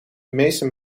meeste